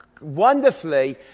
wonderfully